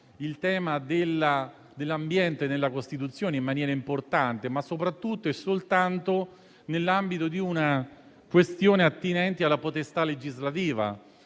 il tema della dell'ambiente nella Costituzione in maniera importante, ma soprattutto e soltanto nell'ambito di una questione attinente alla potestà legislativa.